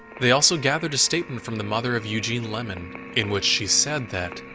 they also gathered a statement from the mother of eugene lemon, in which she said that,